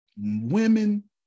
women